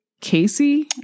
Casey